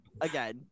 again